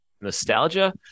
nostalgia